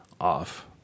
off